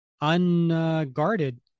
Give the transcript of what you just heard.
unguarded